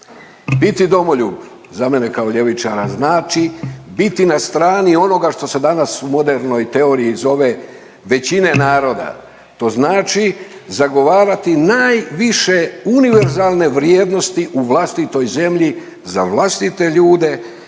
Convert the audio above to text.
obrnuto, za mene kao ljevičara znači biti na strani onoga što se danas u modernoj teorije zove većine naroda. To znači zagovarati najviše univerzalne vrijednosti u vlastitoj zemlji za vlastite ljude